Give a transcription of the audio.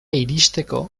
iristeko